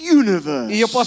universe